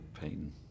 pain